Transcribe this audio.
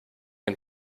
and